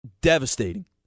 Devastating